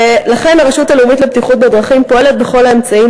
ולכן הרשות הלאומית לבטיחות בדרכים פועלת בכל האמצעים